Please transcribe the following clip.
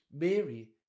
Mary